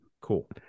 cool